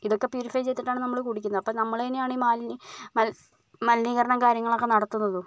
ഇതൊക്കെ പ്യൂരിഫൈ ചെയ്തിട്ടാണ് നമ്മൾ കുടിക്കുന്നത് അപ്പോൾ നമ്മൾ തന്നെയാണ് ഈ മാലിന്യം ഈ മൽ മലിനീകരണം കാര്യങ്ങളൊക്കെ നടത്തുന്നതും